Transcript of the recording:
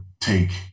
take